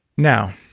now,